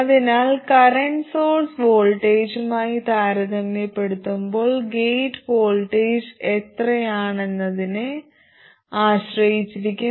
അതിനാൽ current source വോൾട്ടേജുമായി താരതമ്യപ്പെടുത്തുമ്പോൾ ഗേറ്റ് വോൾട്ടേജ് എത്രയാണെന്നതിനെ ആശ്രയിച്ചിരിക്കും